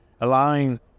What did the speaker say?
allowing